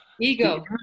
ego